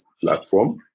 platform